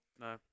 No